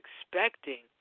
expecting